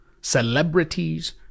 celebrities